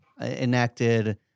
enacted